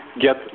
get